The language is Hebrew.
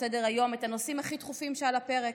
סדר-היום את הנושאים הכי דחופים שעל הפרק,